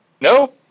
No